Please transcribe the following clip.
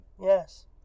Yes